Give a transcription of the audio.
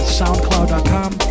soundcloud.com